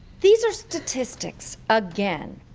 these are statistics, again,